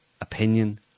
opinion